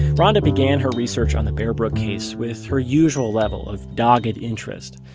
ronda began her research on the bear brook case with her usual level of dogged interest.